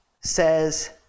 says